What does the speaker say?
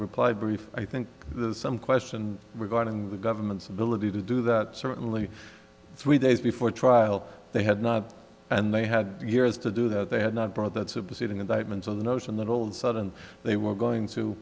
reply brief i think there's some question regarding the government's ability to do that certainly three days before trial they had not and they had years to do that they had not brought that superseding indictment on the notion that all the sudden they were going to